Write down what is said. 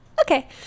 Okay